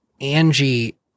Angie